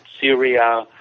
Syria